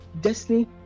destiny